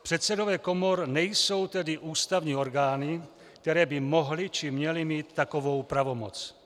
Předsedové komor nejsou tedy ústavní orgány, které by mohly či měly mít takovou pravomoc.